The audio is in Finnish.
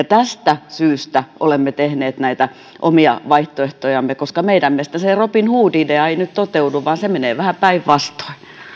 tästä syystä olemme tehneet näitä omia vaihtoehtojamme koska meidän mielestämme se robinhood idea ei nyt toteudu vaan se menee vähän päinvastoin